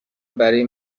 برای